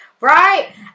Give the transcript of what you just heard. Right